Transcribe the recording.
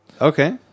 Okay